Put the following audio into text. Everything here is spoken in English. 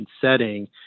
setting